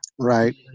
right